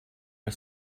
are